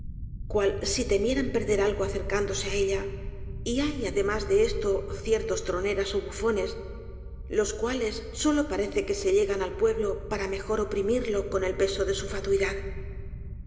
cual si temieran perder algo acercándose á ella y hay ademas de esto ciertos troneras ó bufones los cuales solo parece que se llegan al pueblo para mejor oprimirlo con el peso de su fatuidad